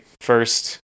first